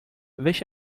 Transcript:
welche